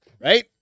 Right